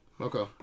Okay